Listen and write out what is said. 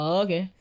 okay